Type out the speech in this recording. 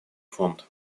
фонд